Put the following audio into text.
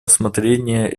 рассмотрения